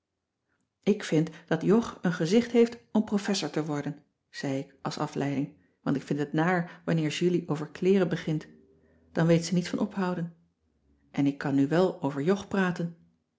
ik vind dat jog een gezicht heeft om professor te worden zei ik als afleiding want ik vind het naar wanneer julie over kleeren begint dan weet ze niet van ophouden en ik kan nu wel over jog praten